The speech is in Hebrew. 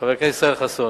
חבר הכנסת ישראל חסון,